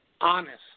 honest